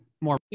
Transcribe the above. more